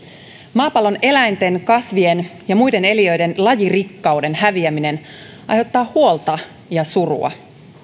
maapallon eläinten kasvien ja muiden eliöiden lajirikkauden häviäminen aiheuttaa huolta ja surua